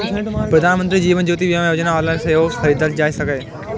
प्रधानमंत्री जीवन ज्योति बीमा योजना ऑनलाइन सेहो खरीदल जा सकैए